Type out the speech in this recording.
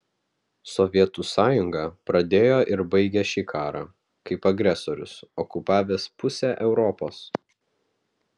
sovietų sąjunga pradėjo ir baigė šį karą kaip agresorius okupavęs pusę europos